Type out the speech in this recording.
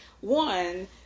one